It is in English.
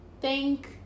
thank